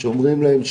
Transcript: שאומרים להם,